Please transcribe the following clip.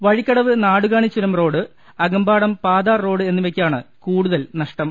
വഴിക്കടവ് നാടുകാണി ചുരം road Akampadam Pathar road എന്നിവയ്ക്കാണ് കൂടുതൽ നഷ്ടം